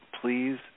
please